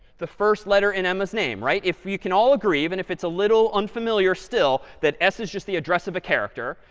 the first letter in emma's name, right? if we can all agree even if it's a little unfamiliar still that s is just the address of a character,